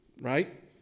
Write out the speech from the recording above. right